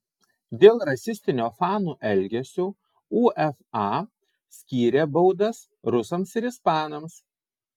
dėl rasistinio fanų elgesio uefa skyrė baudas rusams ir ispanams